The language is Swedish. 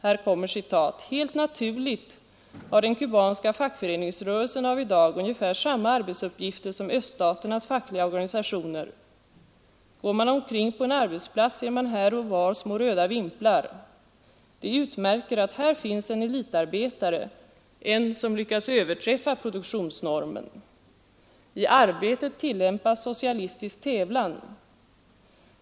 Här kommer ett citat: ”Helt naturligt har den kubanska fackföreningsrörelsen av i dag ungefär samma arbetsuppgifter som öststaternas fackliga organisationer. ——— Går man omkring på en arbetsplats, ser man här och var små röda vimplar. De utmärker att här finns en elitarbetare, en som lyckats överträffa produktionsnormen. I arbetet tillämpas ”socialistisk tävlan”.